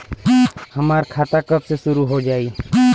हमार खाता कब से शूरू हो जाई?